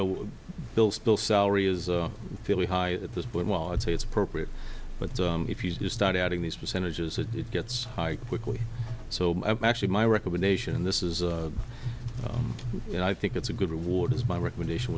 know bill still salary is fairly high at this point while i'd say it's appropriate but if you start adding these percentages it it gets high quickly so actually my recommendation in this is you know i think it's a good reward as my recommendation